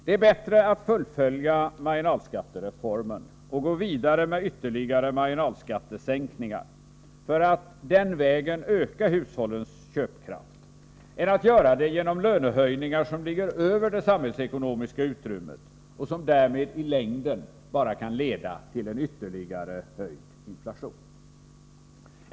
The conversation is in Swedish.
Det är bättre att fullfölja marginalskattereformen och gå vidare med ytterligare marginalskattesänkningar för att den vägen öka hushållens köpkraft än att göra det genom lönehöjningar som ligger över det samhällsekonomiska utrymmet, och som därmed i längden bara kan leda till en ytterligare höjd inflation.